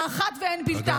האחת ואין בלתה.